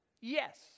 Yes